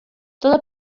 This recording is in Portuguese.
toda